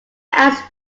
asked